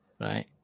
right